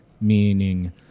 meaning